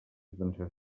pensar